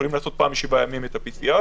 יכולים לעשות פעם בשבעה ימים את ה-PCR